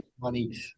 Money